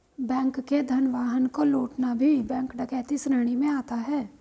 bank के धन वाहन को लूटना भी बैंक डकैती श्रेणी में आता है